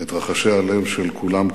את רחשי הלב של כולם כאן.